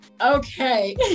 Okay